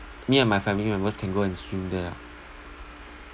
me and my family members can go and swim there ah